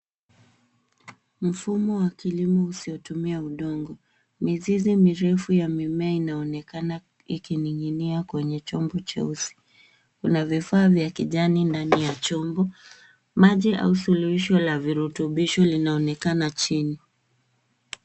Mfumo wa kilimo usiotumia udongo. Mizizi mirefu ya mimea inaonekana ikining'inia kwenye chombo cheusi. Kuna vifaa vya kijani ndani ya chombo maji au suluhisho la virutubisho linaonekana chini.